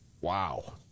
Wow